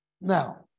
Now